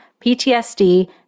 PTSD